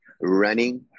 running